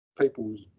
people's